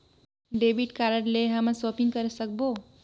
Debit card ले हमन shopping करे सकबो?